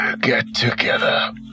get-together